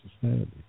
society